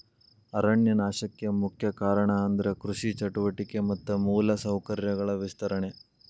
ಅರಣ್ಯ ನಾಶಕ್ಕೆ ಮುಖ್ಯ ಕಾರಣ ಅಂದ್ರ ಕೃಷಿ ಚಟುವಟಿಕೆ ಮತ್ತ ಮೂಲ ಸೌಕರ್ಯಗಳ ವಿಸ್ತರಣೆ